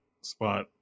spot